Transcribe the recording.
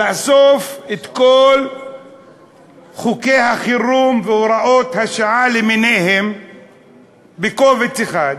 לאסוף את כל חוקי החירום והוראות השעה למיניהם בקובץ אחד